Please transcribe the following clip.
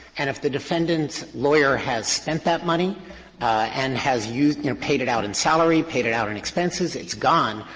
and if the defendant's lawyer has spent that money and has used, you know, paid it out in salary, paid it out in expenses, it's gone,